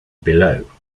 below